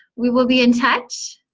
we will be in touch.